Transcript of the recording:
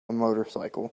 motorcycle